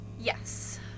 Yes